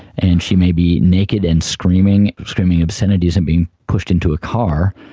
and she may be naked and screaming screaming obscenities and being pushed into a car,